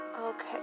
Okay